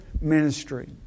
ministry